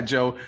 Joe